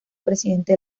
presidente